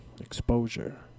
exposure